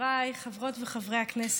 חבריי חברות וחברי הכנסת,